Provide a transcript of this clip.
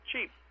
cheap